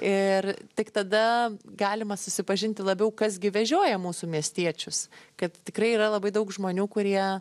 ir tik tada galima susipažinti labiau kas gi vežioja mūsų miestiečius kad tikrai yra labai daug žmonių kurie